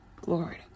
Glory